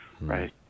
right